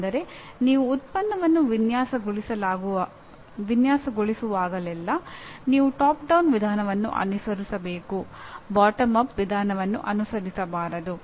ಅಂದರೆ ನೀವು ಉತ್ಪನ್ನವನ್ನು ವಿನ್ಯಾಸಗೊಳಿಸುವಾಗಲೆಲ್ಲಾ ನೀವು ಟಾಪ್ ಡೌನ್ ವಿಧಾನವನ್ನು ಅನುಸರಿಸಬೇಕು ಬಾಟಮ್ ಅಪ್ ವಿಧಾನವನ್ನು ಅನುಸರಿಸಬಾರದು